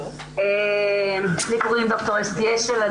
אני ד"ר אסתי אשל,